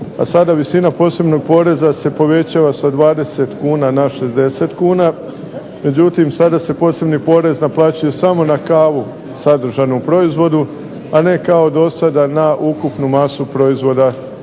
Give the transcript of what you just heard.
a sada visina posebnog poreza se povećava sa 20 kuna na 60 kuna. Međutim, sada se posebni porez naplaćuje samo na kavu sadržanu u proizvodu, a ne kao do sada na ukupnu masu proizvoda koji